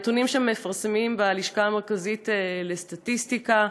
הנתונים שמפרסמת הלשכה המרכזית לסטטיסטיקה,